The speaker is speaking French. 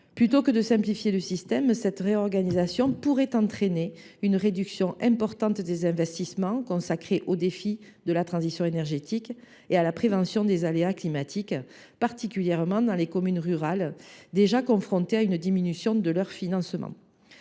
Au lieu de simplifier le système, cette réorganisation pourrait entraîner une réduction importante des investissements en faveur de la transition énergétique et de la prévention des aléas climatiques, particulièrement dans les communes rurales, déjà confrontées à une diminution de leurs financements.